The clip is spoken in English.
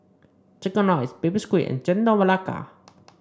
chicken rice Baby Squid and Chendol Melaka